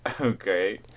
Okay